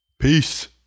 Peace